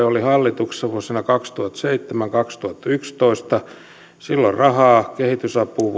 olivat hallituksessa vuosina kaksituhattaseitsemän viiva kaksituhattayksitoista silloin vuonna kaksituhattayhdeksän rahaa kehitysapuun